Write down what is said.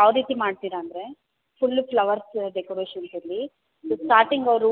ಯಾವ ರೀತಿ ಮಾಡ್ತೀರಾ ಅಂದರೆ ಫುಲ್ ಫ್ಲವರ್ಸ್ ಡೆಕೋರೇಷನ್ಸ್ ಇರಲಿ ಸ್ಟಾರ್ಟಿಂಗ್ ಅವರು